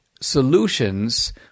solutions